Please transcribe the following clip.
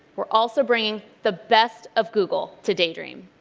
we're also bringing the best of google to daydream.